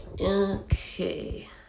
Okay